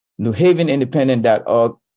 Newhavenindependent.org